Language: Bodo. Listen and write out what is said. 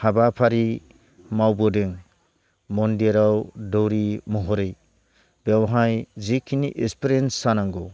हाबाफारि मावबोदों मन्दिराव दौरि महरै बेवहाय जिखिनि एक्सपिरियेनन्स जानांगौ